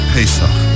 Pesach